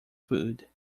food